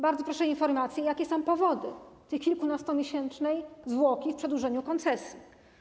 Bardzo proszę o informacje, jakie są powody tej kilkunastomiesięcznej zwłoki w przedłużeniu koncesji.